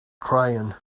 crying